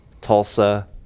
Tulsa